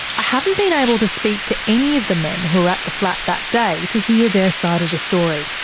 i haven't been able to speak to any of the men who were at the flat that day to hear their side of this story.